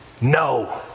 no